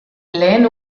lehen